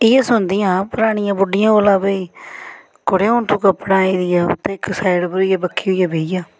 इ'यै सुनदियां हियां परानियें बुड्ढियें कोला भाई कुड़े हून तू कपड़ें होई दी ऐं हून तू इक साइड उप्पर होइयै बक्खी होइयै बेही जा